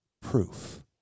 proof